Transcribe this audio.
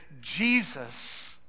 Jesus